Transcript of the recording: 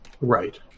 Right